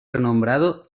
renombrado